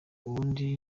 ubundi